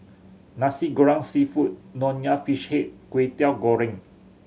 Nasi Goreng Seafood Nonya Fish Head and Kwetiau Goreng